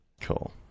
Cool